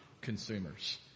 consumers